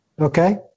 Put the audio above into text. Okay